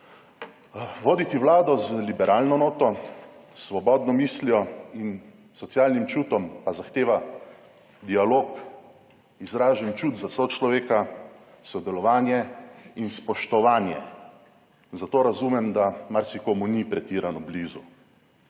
Voditi Vlado z liberalno noto, svobodno mislijo in socialnim čutom pa zahteva dialog, izražen čut za sočloveka, sodelovanje in spoštovanje, zato razumem, da marsikomu ni pretirano blizu.